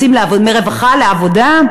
"מרווחה לעבודה",